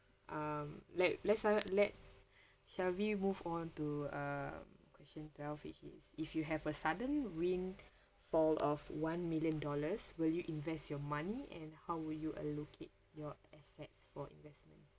um let let's let shall we move on to uh question twelve which is if you have a sudden win for of one million dollars will you invest your money and how will you allocate your assets for investment